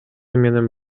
менен